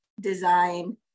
Design